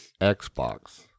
Xbox